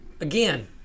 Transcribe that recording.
Again